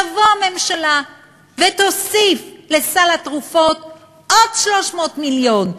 תבוא הממשלה ותוסיף לסל התרופות עוד 300 מיליון.